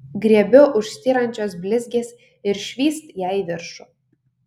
griebiu už styrančios blizgės ir švyst ją į viršų